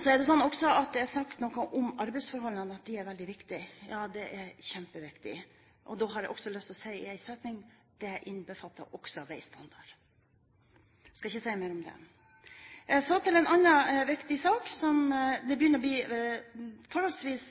Så har det også blitt sagt noe om arbeidsforholdene, at de er veldig viktige. Ja, de er kjempeviktige. Da har jeg også lyst til å si i én setning: Det innbefatter også veistandard. Jeg skal ikke si mer om det. Så til en annen viktig sak, der det begynner å bli et forholdsvis